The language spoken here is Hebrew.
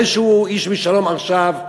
זה שהוא איש מ"שלום עכשיו",